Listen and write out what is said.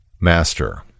Master